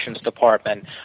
department